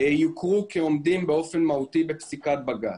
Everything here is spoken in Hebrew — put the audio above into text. יוכרו כעומדים באופן מהותי בפסיקת בג"ץ.